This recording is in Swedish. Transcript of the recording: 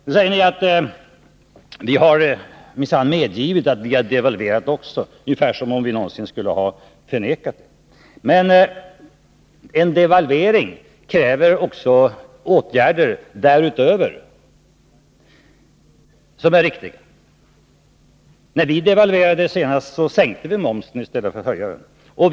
Så säger ni att vi minsann har medgivit att också vi har devalverat, precis som om vi någonsin skulle ha förnekat detta. Men en devalvering kräver ytterligare åtgärder, som också skall vara riktiga. När vi senast devalverade sänkte vi momsen i stället för att höja den.